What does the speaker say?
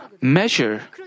measure